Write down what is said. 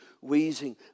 wheezing